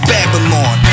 Babylon